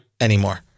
anymore